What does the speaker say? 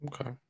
okay